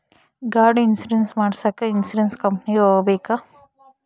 ಗಾಡಿ ಇನ್ಸುರೆನ್ಸ್ ಮಾಡಸಾಕ ಇನ್ಸುರೆನ್ಸ್ ಕಂಪನಿಗೆ ಹೋಗಬೇಕಾ?